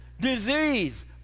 Disease